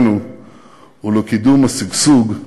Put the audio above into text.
הטכנולוגית,